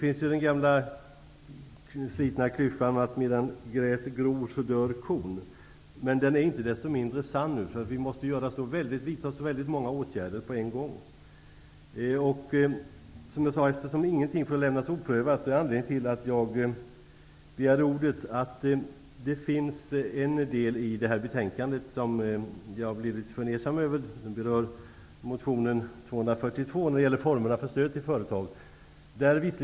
Klyschan ''medan gräset gror, dör kon'' är gammal och sliten, men i detta läge är den inte desto mindre sann. Vi måste vidta många olika åtgärder på en gång. Som jag sade får vi inte lämna någonting oprövat, och anledningen till att jag begärt ordet är motion N242 om formerna för stöd till små och medelstora företag.